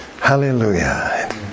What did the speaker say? Hallelujah